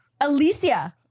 Alicia